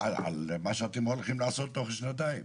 על מה שאתם הולכים לעשות תוך שנתיים.